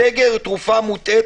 הסגר הוא תרופה מוטעית,